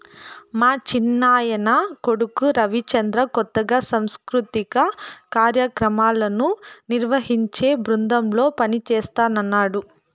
మా చిన్నాయన కొడుకు రవిచంద్ర కొత్తగా సాంస్కృతిక కార్యాక్రమాలను నిర్వహించే బృందంలో పనిజేస్తన్నడు